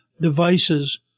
devices